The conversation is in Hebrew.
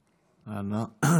איננה.